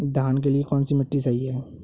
धान के लिए कौन सी मिट्टी सही है?